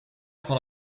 van